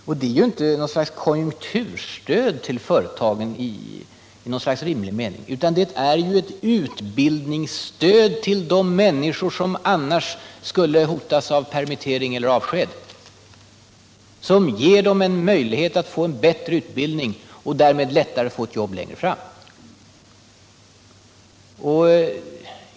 Men detta är inte något konjunkturstöd till företagen i egentlig mening, som Åke Wictorsson sade, utan ett utbildningsstöd till de människor som annars skulle ha hotats av permittering eller avsked, ett stöd som ger dem möjligheter till bättre utbildning och därmed gör det lättare för dem att få ett jobb längre fram.